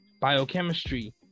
Biochemistry